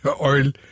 oil